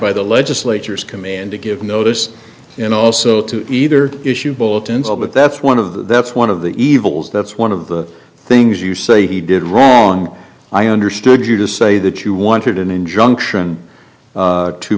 by the legislature's command to give notice and also to either issue bulletins all but that's one of the that's one of the evils that's one of the things you say he did wrong i understood you to say that you wanted an injunction